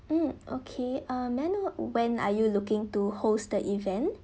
mm okay um may I know when are you looking to host the event